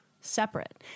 separate